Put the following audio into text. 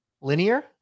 linear